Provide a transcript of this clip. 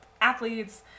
athletes